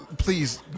Please